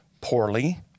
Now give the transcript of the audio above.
poorly